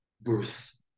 birth